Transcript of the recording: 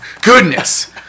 goodness